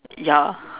ya